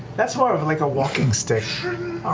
that's more of like a walking stick. ashley